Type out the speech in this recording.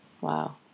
Wow